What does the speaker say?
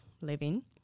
living